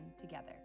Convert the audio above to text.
together